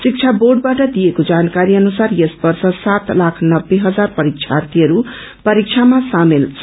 शिक्षा बोर्डद्वारा दिएको जानकारी अनुसार यस वर्ष सात लाख नब्ने हजार परीक्षार्यीहरू परीक्षामा सामेल छन्